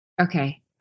Okay